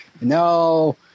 No